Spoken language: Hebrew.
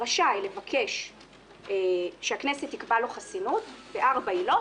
רשאי לבקש שהכנסת תקבע לו חסינות בארבע עילות,